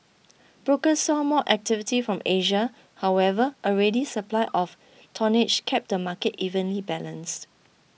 brokers saw more activity from Asia however a ready supply of tonnage kept the market evenly balanced